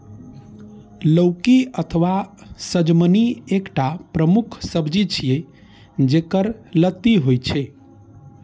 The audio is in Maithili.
लौकी अथवा सजमनि एकटा प्रमुख सब्जी छियै, जेकर लत्ती होइ छै